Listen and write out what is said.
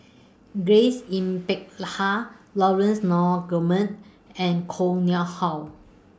Grace Yin Peck Ha Laurence Nunns Guillemard and Koh Nguang How